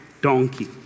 donkey